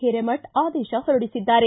ಹಿರೇಮಠ ಆದೇಶ ಹೊರಡಿಸಿದ್ದಾರೆ